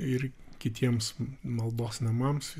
ir kitiems maldos namams